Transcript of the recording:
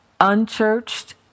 unchurched